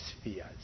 spheres